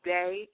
day